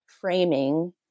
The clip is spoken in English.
framing